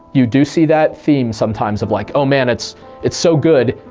you do see that theme sometimes, of like, oh man, it's it's so good,